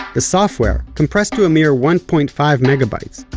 the software, compressed to a mere one point five megabytes,